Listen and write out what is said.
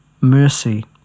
mercy